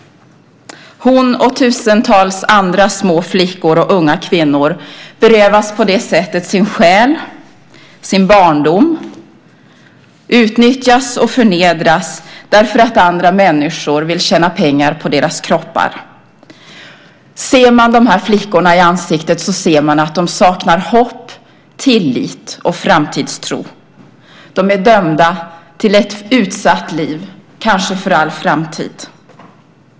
Hon och tusentals andra små flickor och unga kvinnor berövas på det sättet sin själ, sin barndom, utnyttjas och förnedras för att andra människor vill tjäna pengar på deras kroppar. Om man ser de här flickorna i ansiktet ser man att de saknar hopp, tillit och framtidstro. De är dömda till ett utsatt liv, kanske för all framtid.